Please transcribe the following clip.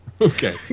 okay